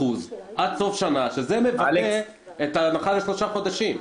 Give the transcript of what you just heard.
עד סוף שנה שזה מבטא את ההנחה לשלושה חודשים.